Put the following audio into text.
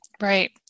Right